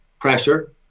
pressure